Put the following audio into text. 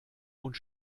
und